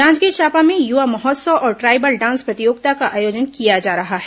जांजगीर चांपा में युवा महोत्सव और ट्राईबल डांस प्रतियोगिता का आयोजन किया जा रहा है